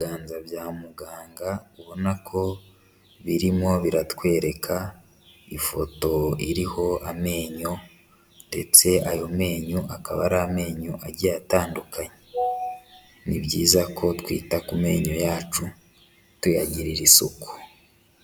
Ibiganza bya muganga ubona ko birimo biratwereka ifoto iriho amenyo ndetse ayo menyo akaba ari amenyo agiye atandukanye, ni byiza ko twita ku menyo yacu tuyagirira isuku.